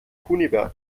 kunibert